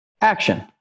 action